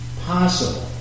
possible